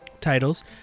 titles